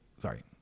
Sorry